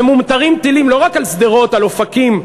ומומטרים טילים לא רק על שדרות, על אופקים,